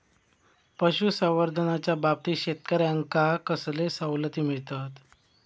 पशुसंवर्धनाच्याबाबतीत शेतकऱ्यांका कसले सवलती मिळतत?